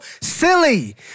silly